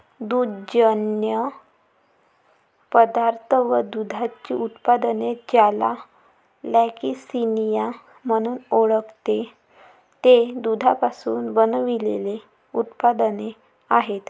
दुग्धजन्य पदार्थ व दुधाची उत्पादने, ज्याला लॅक्टिसिनिया म्हणून ओळखते, ते दुधापासून बनविलेले उत्पादने आहेत